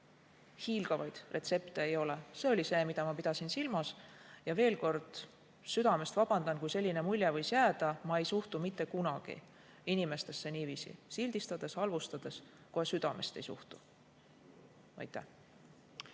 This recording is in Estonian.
hiilgavaid retsepte ei ole. See oli see, mida ma pidasin silmas. Veel kord: südamest vabandan, kui selline mulje võis jääda. Ma ei suhtu mitte kunagi inimestesse niiviisi – sildistades või halvustades –, kohe südamest ei suhtu. Mul